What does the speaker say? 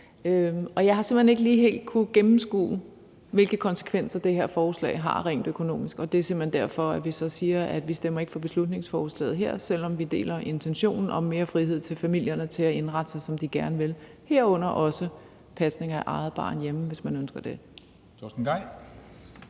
hen ikke helt kunnet gennemskue, hvilke konsekvenser det her forslag har rent økonomisk, og det er derfor, vi så siger, at vi ikke stemmer for beslutningsforslaget her, selv om vi deler intentionen om mere frihed til familierne til at indrette sig, som de gerne vil, herunder også pasning af eget barn hjemme, hvis man ønsker det.